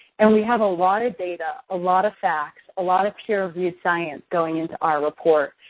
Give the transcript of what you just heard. and we have a lot of data, a lot of facts, a lot of peer-review science going into our report.